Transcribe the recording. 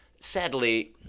Sadly